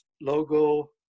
logo